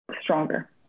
stronger